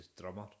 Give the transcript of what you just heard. drummer